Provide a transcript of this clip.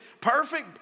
Perfect